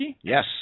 Yes